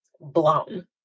blown